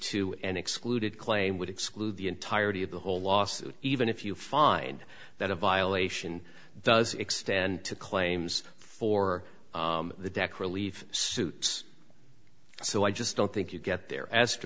to an excluded claim would exclude the entirety of the whole lawsuit even if you find that a violation does extend to claims for the deck relief suits so i just don't think you get there as to